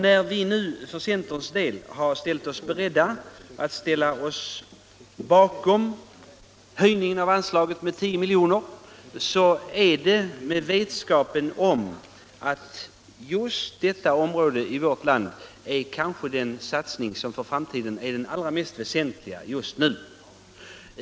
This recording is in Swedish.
När vi nu för centerns del är beredda att ställa oss bakom höjningen av anslaget till sjörestaureringar så är det med vetskap om att en satsning i detta område är den för framtiden mest väsentliga åtgärd som kan vidtas just nu.